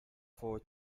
for